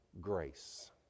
grace